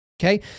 Okay